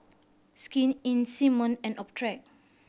Skin Inc Simmon and Optrex